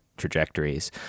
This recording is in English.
trajectories